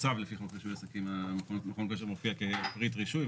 בצו לפי חוק רישוי עסקים מכון כושר מופיע כפריט רישוי.